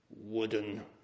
wooden